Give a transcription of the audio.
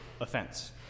offense